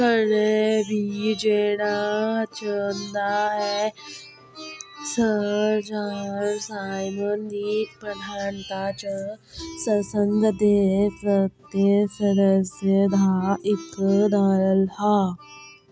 कन्नै बी जेह्ड़ा जंदा ऐ सर जान साइमन दी प्रधानता च संसद दे सत्तें सदस्यें दा इक दल हा